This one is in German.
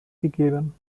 gegeben